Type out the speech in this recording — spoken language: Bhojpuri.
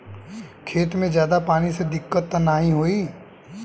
खेत में ज्यादा पानी से दिक्कत त नाही होई?